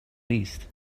least